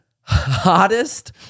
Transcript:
hottest